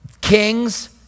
kings